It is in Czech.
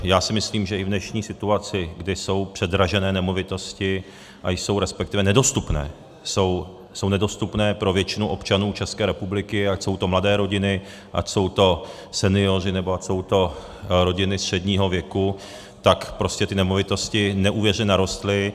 Já si myslím, že i v dnešní situaci, kdy jsou předražené nemovitosti a jsou respektive nedostupné, jsou nedostupné pro většinu občanů České republiky, ať jsou to mladé rodiny, ať jsou to senioři, nebo ať jsou to rodiny středního věku, tak prostě ty nemovitosti neuvěřitelně narostly.